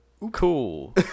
Cool